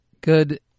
Good